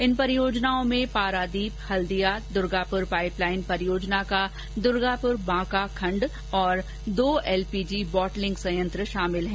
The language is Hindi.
इन परियोजनाओं मे पारादीप हल्दिया दुर्गापुर पाइपलाइन परियोजना का दुर्गापुर बांका खंड और दो एलपीजी बॉटलिंग संयंत्र शामिल हैं